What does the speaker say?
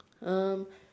um